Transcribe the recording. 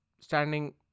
standing